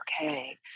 okay